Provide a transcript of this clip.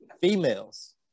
Females